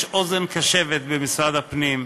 יש אוזן קשבת במשרד הפנים,